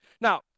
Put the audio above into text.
Now